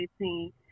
2018